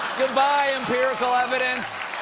good-bye, empirical evidence!